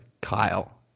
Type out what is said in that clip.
Kyle